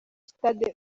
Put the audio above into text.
sitade